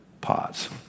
Pause